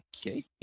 okay